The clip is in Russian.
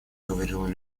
говорил